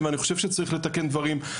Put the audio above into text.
אני חושב שאפשר וצריך לתקן דברים,